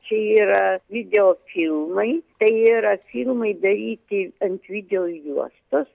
čia yra videofilmai tai yra filmai daryti ant videojuostos